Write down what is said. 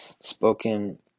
spoken